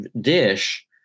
dish